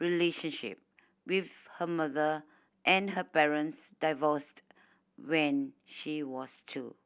relationship with her mother and her parents divorced when she was two